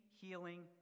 healing